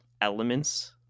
elements